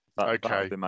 Okay